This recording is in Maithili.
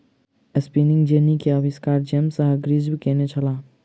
स्पिनिंग जेन्नी के आविष्कार जेम्स हर्ग्रीव्ज़ केने छला